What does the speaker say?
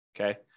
Okay